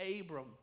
Abram